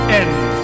end